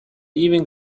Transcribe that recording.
ever